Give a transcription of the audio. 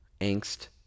angst